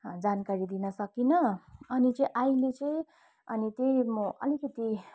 जानकारी दिन सकिनँ अनि चाहिँ आहिले चाहिँ अनि त्यही म अलिकति